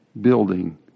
building